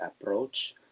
approach